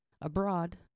abroad